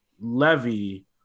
Levy